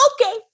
okay